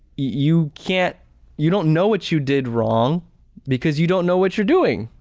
you can't you don't know what you did wrong because you don't know what you're doing,